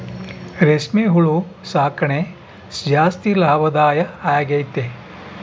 ರೇಷ್ಮೆ ಹುಳು ಸಾಕಣೆ ಜಾಸ್ತಿ ಲಾಭದಾಯ ಆಗೈತೆ